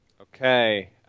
Okay